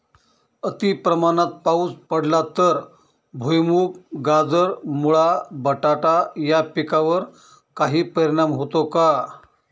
अतिप्रमाणात पाऊस पडला तर भुईमूग, गाजर, मुळा, बटाटा या पिकांवर काही परिणाम होतो का?